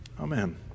Amen